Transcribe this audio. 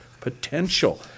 potential